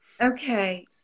Okay